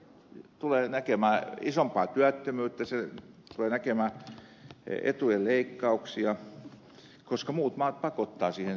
se tulee näkemään isompaa työttömyyttä se tulee näkemään etujen leikkauksia koska muut maat pakottavat siihen niitä tekemään